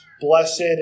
Blessed